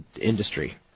industry